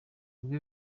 ubwo